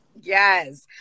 Yes